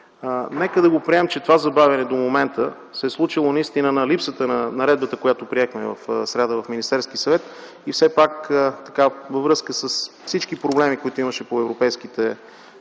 нека да приемем, че това забавяне до момента се е случило наистина от липсата на наредбата, която приехме в сряда в Министерския съвет и все пак във връзка с всички проблеми, които имаше по европейските